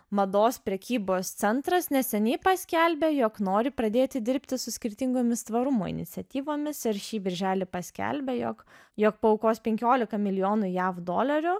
mados prekybos centras neseniai paskelbė jog nori pradėti dirbti su skirtingomis tvarumo iniciatyvomis ir šį birželį paskelbė jog jog paaukos penkiolika milijonų jav dolerių